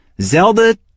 Zelda